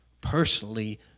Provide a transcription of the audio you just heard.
personally